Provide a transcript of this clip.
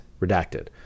redacted